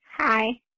Hi